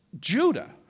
Judah